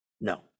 No